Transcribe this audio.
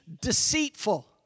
deceitful